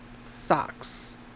socks